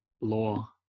law